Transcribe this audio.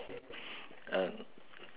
uh